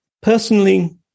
Personally